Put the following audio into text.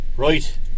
Right